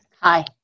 hi